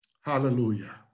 Hallelujah